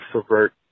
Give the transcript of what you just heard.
subvert